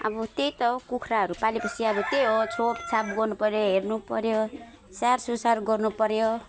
अब त्यही त हो कुखुराहरू पाले पछि त्यही हो छोप छाप गर्नु पर्यो हेर्नु पर्यो स्याहार सुसार गर्नु पर्यो